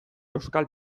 euskal